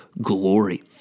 glory